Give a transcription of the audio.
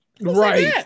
Right